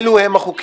אלו הם החוקים: